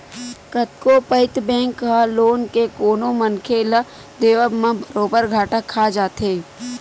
कतको पइत बेंक ह लोन के कोनो मनखे ल देवब म बरोबर घाटा खा जाथे